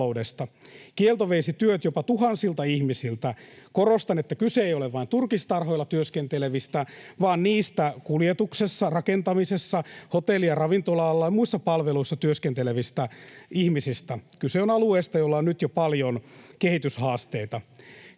Kielto veisi työt jopa tuhansilta ihmisiltä. Korostan, että kyse ei ole vain turkistarhoilla työskentelevistä vaan myös kuljetuksessa, rakentamisessa, hotelli- ja ravintola-alalla ja muissa palveluissa työskentelevistä ihmisistä. Kyse on alueesta, jolla on jo nyt paljon kehityshaasteita.